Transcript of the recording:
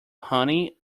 honey